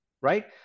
right